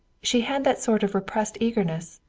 she had that sort of repressed eagerness,